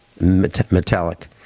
metallic